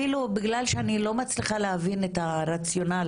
בגלל שאני לא מצליחה להבין את הרציונל